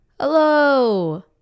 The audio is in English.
hello